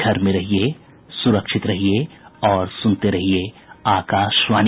घर में रहिये सुरक्षित रहिये और सुनते रहिये आकाशवाणी